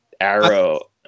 arrow